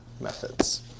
methods